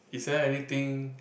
is there anything